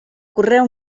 correu